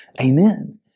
Amen